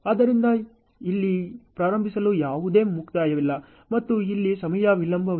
ಆದ್ದರಿಂದ F S O ಇಲ್ಲಿ ಪ್ರಾರಂಭಿಸಲು ಯಾವುದೇ ಮುಕ್ತಾಯವಿಲ್ಲ ಮತ್ತು ಇಲ್ಲಿ ಸಮಯ ವಿಳಂಬವಿಲ್ಲ